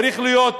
צריך להיות,